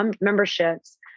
memberships